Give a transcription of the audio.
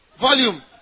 Volume